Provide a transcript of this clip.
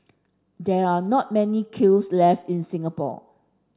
there are not many kilns left in Singapore